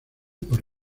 por